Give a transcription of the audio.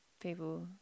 people